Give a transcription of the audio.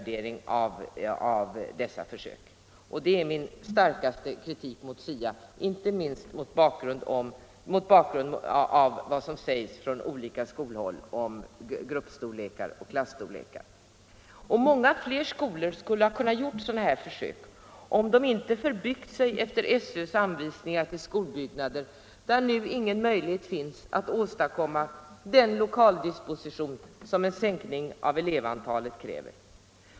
Detta är min starkaste kritik mot SIA, inte minst mot bakgrund av vad som från olika håll inom skolan sagts om gruppstorlekar och klasstorlekar. Många fler skolor skulle ha kunnat göra sådana här försök om de inte förbyggt sig genom att följa SÖ:s anvisningar för skolbyggnader och nu inte har möjlighet att åstadkomma den lokaldisposition som en sänkning av elevantalet kräver.